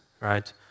right